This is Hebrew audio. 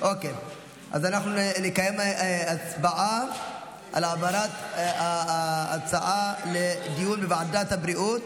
אנחנו נקיים הצבעה על העברת ההצעה לדיון בוועדת הבריאות.